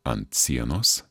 ant sienos